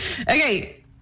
Okay